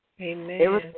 Amen